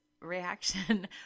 reaction